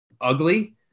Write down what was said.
ugly